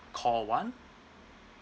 call one